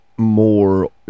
more